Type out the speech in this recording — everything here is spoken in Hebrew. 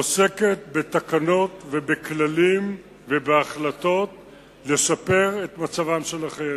עוסקת בתקנות ובכללים ובהחלטות לשיפור מצבם של החיילים.